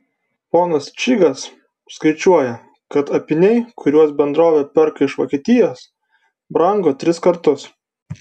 ponas čygas skaičiuoja kad apyniai kuriuos bendrovė perka iš vokietijos brango tris kartus